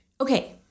Okay